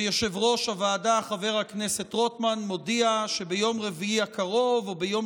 שיושב-ראש הוועדה חבר הכנסת רוטמן מודיע שביום רביעי הקרוב או ביום